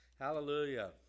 Hallelujah